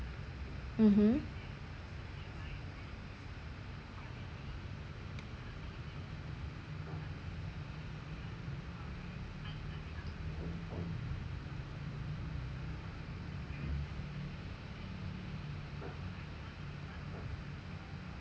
mmhmm